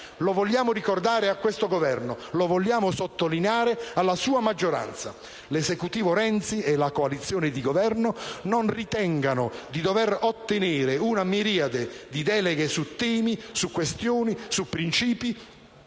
Lo vogliamo ricordare a questo Governo, lo vogliamo sottolineare alla sua maggioranza. L'Esecutivo Renzi e la coalizione di Governo non ritengano di dover ottenere una miriade di deleghe su temi, questioni e principi